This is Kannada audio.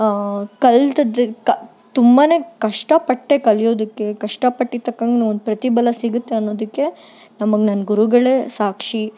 ಕಲ್ತದ್ದು ಕ ತುಂಬಾ ಕಷ್ಟ ಪಟ್ಟೆ ಕಲಿಯೋದಕ್ಕೆ ಕಷ್ಟ ಪಟ್ಟಿದ್ದ ತಕ್ಕಂಗೆ ನಂಗೊಂದು ಪ್ರತಿಫಲ ಸಿಗುತ್ತೆ ಅನ್ನೋದಕ್ಕೆ ನಮಗೆ ನನ್ನ ಗುರುಗಳೇ ಸಾಕ್ಷಿ